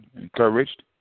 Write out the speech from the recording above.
encouraged